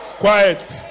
Quiet